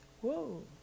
Whoa